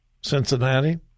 Cincinnati